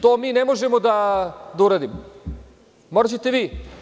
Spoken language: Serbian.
To mi ne možemo da uradimo, moraćete vi.